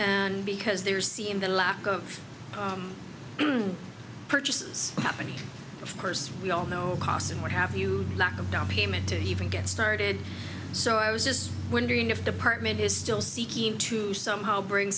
and because they are seeing the lack of purchases happening of course we all know costs and what have you lack of downpayment to even get started so i was just wondering if department is still seeking to somehow bring